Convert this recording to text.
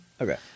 Okay